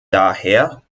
daher